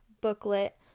booklet